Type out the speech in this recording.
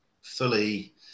fully